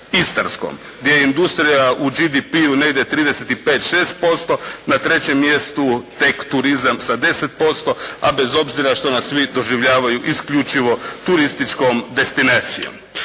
Istarskom gdje je industrija u GDP-u negdje 35%, 36%, na trećem mjestu tek turizam sa 10% a bez obzira što nas svi doživljavaju isključivo turističkom destinacijom.